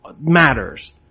matters